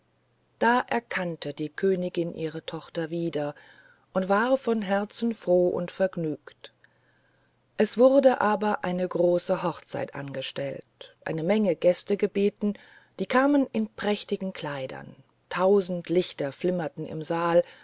da erkannte die königin ihre tochter wieder und war von herzen froh und vergnügt es wurde aber eine große hochzeit angestellt eine menge gäste gebeten die kamen in prächtigen kleidern tausend lichter flimmerten im saal